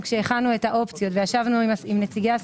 כשהכנו את האופציות וישבנו עם נציגי השרים,